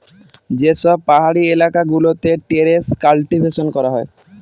যে সব পাহাড়ি এলাকা গুলোতে টেরেস কাল্টিভেশন করা হয়